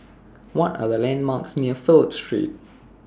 What Are The landmarks near Phillip Street